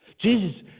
Jesus